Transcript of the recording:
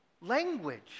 language